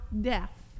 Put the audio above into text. death